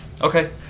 Okay